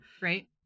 Right